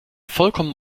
vollkommen